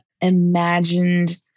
imagined